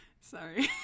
Sorry